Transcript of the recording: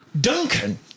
Duncan